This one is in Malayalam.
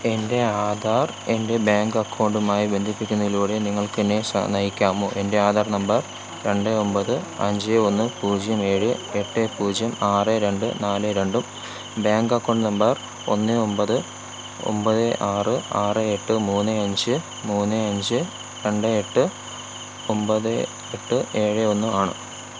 എൻ്റെ ആധാർ എൻ്റെ ബാങ്ക് അക്കൗണ്ടുമായി ബന്ധിപ്പിക്കുന്നതിലൂടെ നിങ്ങൾക്ക് എന്നെ സ നയിക്കാമോ എൻ്റെ ആധാർ നമ്പർ രണ്ട് ഒമ്പത് അഞ്ച് ഒന്ന് പൂജ്യം ഏഴ് എട്ട് പൂജ്യം ആറ് രണ്ട് നാല് രണ്ടും ബാങ്ക് അക്കൗണ്ട് നമ്പർ ഒന്ന് ഒമ്പത് ഒമ്പത് ആറ് ആറ് എട്ട് മൂന്ന് അഞ്ച് മൂന്ന് അഞ്ച് രണ്ട് എട്ട് ഒമ്പത് എട്ട് ഏഴ് ഒന്ന് ആണ്